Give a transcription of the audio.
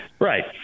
Right